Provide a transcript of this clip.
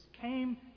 came